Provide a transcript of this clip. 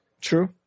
True